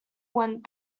went